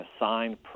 assigned